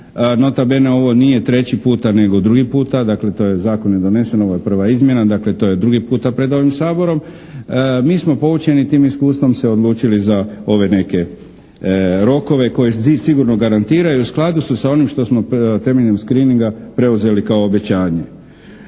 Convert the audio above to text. nota bene ovo nije treći puta nego drugi puta. Dakle, zakon je donesen, ovo je prva izmjena. Dakle, to je druga puta pred ovim Saborom. Mi smo poučeni tim iskustvom se odlučili za ove neke rokove koji sigurno garantiraju i u skladu su sa onim što smo temeljem screeninga preuzeli kao obećanje.